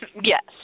Yes